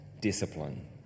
discipline